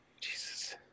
Jesus